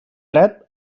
dret